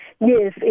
Yes